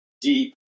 deep